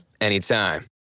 anytime